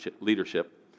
leadership